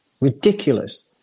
Ridiculous